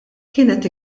kienet